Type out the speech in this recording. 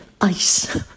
ice